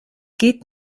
geht